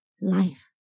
life